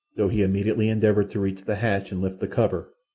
though he immediately endeavoured to reach the hatch and lift the cover,